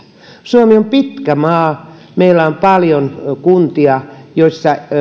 suomi on pitkä maa meillä on paljon kuntia joissa